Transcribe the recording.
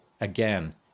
again